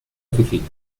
oficinas